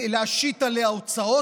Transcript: אנחנו לא רוצים להשית עליה הוצאות,